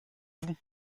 vous